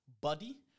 body